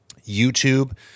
YouTube